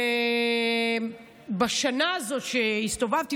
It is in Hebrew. ובשנה הזאת שהסתובבתי,